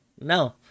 No